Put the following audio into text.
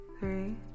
three